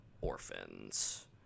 Orphans